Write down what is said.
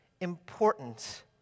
important